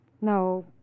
No